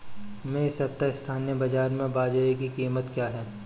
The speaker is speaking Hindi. इस सप्ताह स्थानीय बाज़ार में बाजरा की कीमत क्या है?